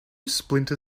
splinter